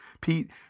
pete